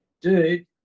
dude